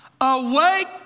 Awake